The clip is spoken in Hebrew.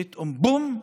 פתאום בום,